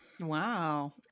Wow